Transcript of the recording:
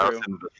true